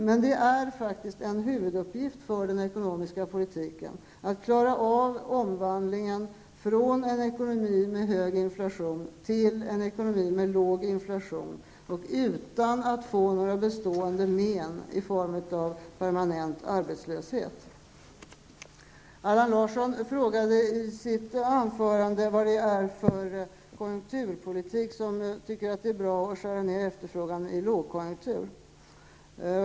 Men det är en huvuduppgift för den ekonomiska politiken, att klara av omvandlingen från en ekonomi med hög inflation till en ekonomi med låg inflation utan att få bestående men i form av permanent arbetslöshet. Allan Larsson frågade i sitt anförande vad det är för slags konjunkturpolitik som går ut på att skära ner på efterfrågan under en lågkonjunktur.